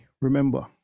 Remember